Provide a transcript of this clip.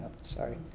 Sorry